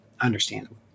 understandable